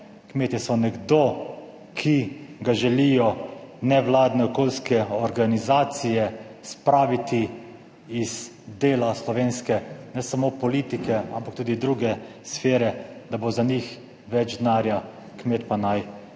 kmetje so nekdo, ki ga želijo nevladne okoljske organizacije spraviti iz dela slovenske, ne samo politike, ampak tudi druge sfere, da bo za njih več denarja, kmet pa naj